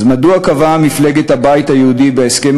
אז מדוע קבעה מפלגת הבית היהודי בהסכם